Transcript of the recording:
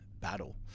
battle